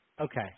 Okay